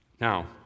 Now